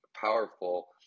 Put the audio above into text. powerful